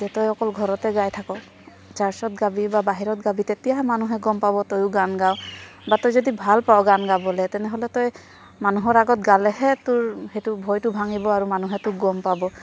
যে তই অকল ঘৰতে গাই থাক চাৰ্চত গাবি বা বাহিৰত গাবি তেতিয়াহে মানুহে গম পাব তয়ো গান গাৱ বা তই যদি ভাল পাৱ গান গাবলৈ তেনেহ'লে তই মানুহৰ আগত গালেহে তোৰ সেইটো ভয়টো ভাঙিব আৰু মানুহে তোক গম পাব